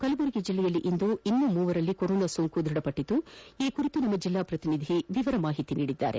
ಕಲಬುರಗಿ ಜಿಲ್ಲೆಯಲ್ಲಿ ಇಂದು ಇನ್ನೂ ಮೂವರಲ್ಲಿ ಕೊರೋನಾ ಸೋಂಕು ದೃಢಪಟ್ಟಿದೆ ಈ ಕುರಿತು ನಮ್ಮ ಜಿಲ್ಲಾ ಪ್ರತಿನಿಧಿ ವಿವರ ಮಾಹಿತಿ ನೀಡಿದ್ದಾರೆ